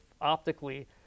optically